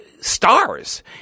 stars